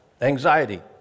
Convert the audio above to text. anxiety